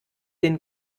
den